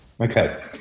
Okay